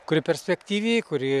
kuri perspektyvi kuri